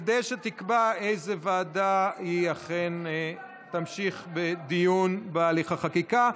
כדי שתקבע איזו ועדה אכן תמשיך בהליך החקיקה.